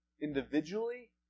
individually